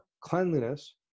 cleanliness